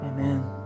Amen